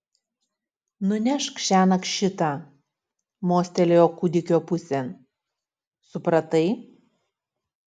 nunešk šiąnakt šitą mostelėjo kūdikio pusėn supratai